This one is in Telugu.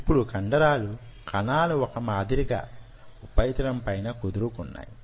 ఇప్పుడు కండరాల కణాలు వొక మాదిరిగా ఉపరితలం పైన కుదురుకున్నాయి